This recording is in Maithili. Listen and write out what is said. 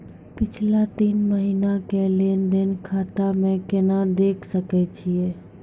पिछला तीन महिना के लेंन देंन खाता मे केना देखे सकय छियै?